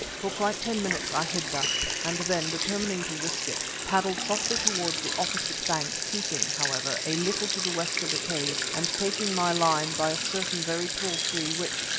for quite ten minutes i hid thus, and then, determining to risk it, paddled softly towards the opposite bank keeping, however, a little to the west of the cave and taking my line by a certain very tall tree which,